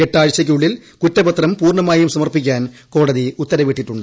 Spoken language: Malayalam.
എട്ടാഴ്ചയ്ക്കുള്ളിൽ കുറ്റപത്രം പൂർണ്ണമായും സമർപ്പിക്കാൻ കോടതി ഉത്തരവിട്ടിട്ടുണ്ട്